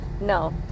no